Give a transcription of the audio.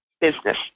business